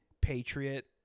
patriot